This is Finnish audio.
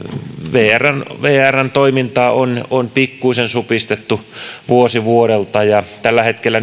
vrn vrn toimintaa on on pikkuisen supistettu vuosi vuodelta kun tällä hetkellä